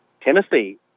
Tennessee